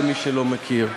למי שלא מכיר.